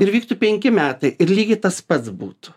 ir vyktų penki metai ir lygiai tas pats būtų